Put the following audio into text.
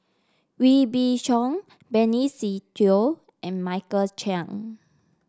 Wee Beng Chong Benny Se Teo and Michael Chiang